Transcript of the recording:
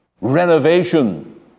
renovation